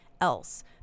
else